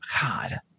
God